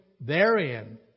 therein